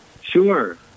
Sure